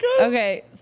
Okay